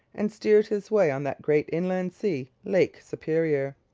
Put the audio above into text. and steered his way on that great inland sea, lake superior.